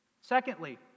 Secondly